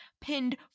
pinned